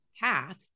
path